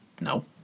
No